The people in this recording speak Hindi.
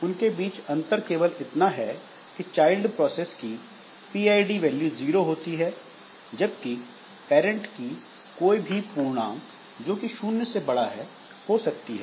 उन के बीच अंतर केवल इतना है कि चाइल्ड प्रोसेस की pid वैल्यू जीरो होती है जबकि पैरंट की कोई भी पूर्णांक जो कि शून्य से बड़ा है हो सकती है